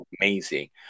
amazing